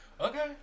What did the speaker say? okay